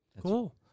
Cool